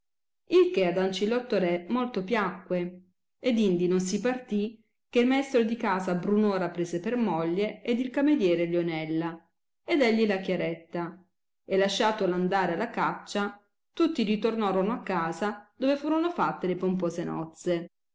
il che ad ancilotto re molto piacque ed indi non si partì che il maestro di casa brunora prese per moglie ed il cameriere lionella ed egli la chiaretta e lasciatelo andare alla caccia tutti ritornorono a casa dove furono fatte le pompose nozze